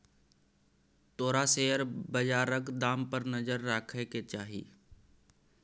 तोरा शेयर बजारक दाम पर नजर राखय केँ चाही